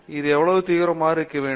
அது எவ்வளவு தீவிரமாக இருக்க வேண்டும்